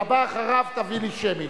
לבא אחריו תביא לי שמית.